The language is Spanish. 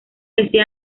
ese